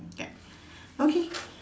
okay okay